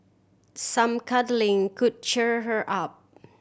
some cuddling could cheer her up